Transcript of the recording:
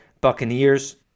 Buccaneers